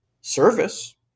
service